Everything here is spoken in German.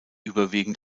überwiegend